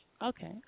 Okay